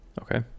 Okay